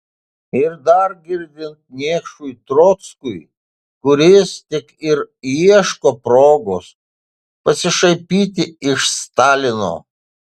ir dar girdint niekšui trockiui kuris tik ir ieško progos pasišaipyti iš stalino